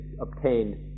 obtained